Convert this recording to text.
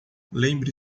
lembre